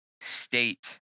state